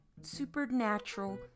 supernatural